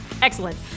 Excellent